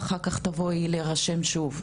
ואחר כך תבואי להרשם שוב.